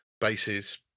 bases